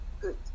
good